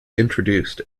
introduced